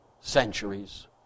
centuries